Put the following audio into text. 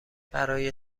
برای